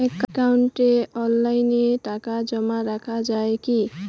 একাউন্টে অনলাইনে টাকা জমা রাখা য়ায় কি?